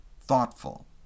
thoughtful